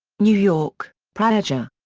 new york praeger.